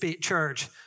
church